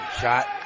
shot